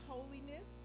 Holiness